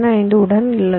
15 உடன் உள்ளது